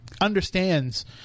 understands